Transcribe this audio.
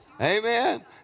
Amen